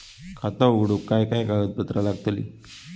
खाता उघडूक काय काय कागदपत्रा लागतली?